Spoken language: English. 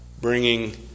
bringing